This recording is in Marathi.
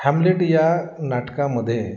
हॅमलेट या नाटकामध्ये